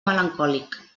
melancòlic